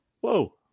Whoa